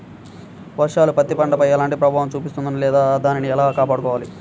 వర్షాలు పత్తి పంటపై ఎలాంటి ప్రభావం చూపిస్తుంద లేదా దానిని ఎలా కాపాడుకోవాలి?